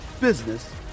business